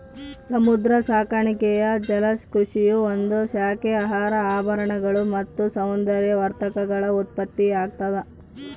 ಸಮುದ್ರ ಸಾಕಾಣಿಕೆಯು ಜಲಕೃಷಿಯ ಒಂದು ಶಾಖೆ ಆಹಾರ ಆಭರಣಗಳು ಮತ್ತು ಸೌಂದರ್ಯವರ್ಧಕಗಳ ಉತ್ಪತ್ತಿಯಾಗ್ತದ